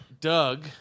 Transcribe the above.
Doug